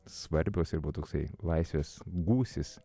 svarbios ir buvo toksai laisvės gūsis